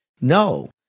No